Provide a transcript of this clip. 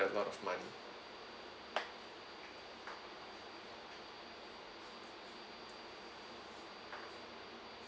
a lot money